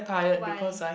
why